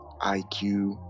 IQ